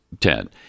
ten